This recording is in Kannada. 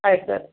ಆಯ್ತು ಸರ್